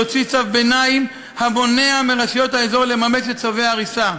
להוציא צו ביניים המונע מרשויות האזור לממש את צווי ההריסה.